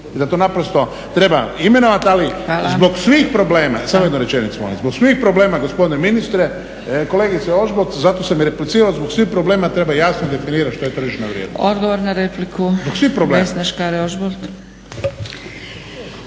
da to naprosto treba imenovati, ali zbog svih problema, samo jednu rečenicu, molim vas, zbog svih problema gospodine ministre, kolegice Ožbolt, zato sam i replicirao, zbog svih problema treba jasno definirati što je tržišna vrijednost. **Zgrebec,